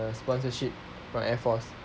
sponsorship from air force